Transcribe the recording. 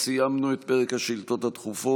אנחנו סיימנו את פרק השאילתות הדחופות